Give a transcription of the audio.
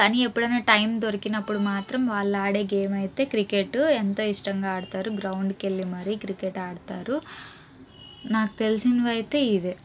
కానీ ఎప్పుడైనా టైం దొరికినప్పుడు మాత్రం వాళ్ళు ఆడే గేమ్ అయితే క్రికెట్ ఎంతో ఇష్టంగా ఆడతారు గ్రౌండ్కి వెళ్లి మరీ క్రికెట్ ఆడుతారు నాకు తెలిసినవి అయితే ఇవే